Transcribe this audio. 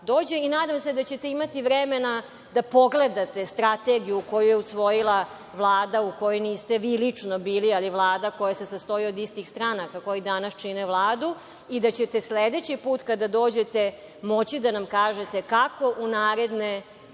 dođe i nadam se da ćete imati vremena da pogledate strategiju koju je usvojila Vlada u kojoj niste vi lično bili, ali Vlada koja se sastoji od istih stranaka koje danas čine Vladu i da ćete sledeći put kada dođete moći da nam kažete kako u naredne